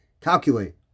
calculate